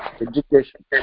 education